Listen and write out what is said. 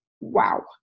wow